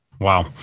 Wow